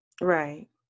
Right